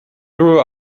grew